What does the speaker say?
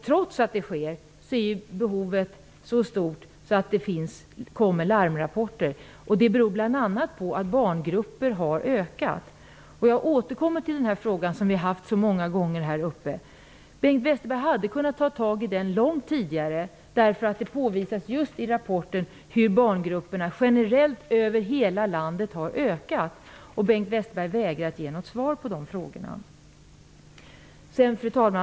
Trots att det sker en upprustning är behovet så stort att larmrapporter kommer. Det beror bl.a. på att barngrupperna har ökat i storlek. Jag återkommer till den frågan. Vi har haft den uppe många gånger tidigare. Det påvisas i rapporten hur barngrupperna generellt över hela landet ökar i storlek. Bengt Westerberg hade kunnat ta tag i den långt tidigare. Men Bengt Westerberg vägar att ge något svar på detta.